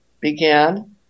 began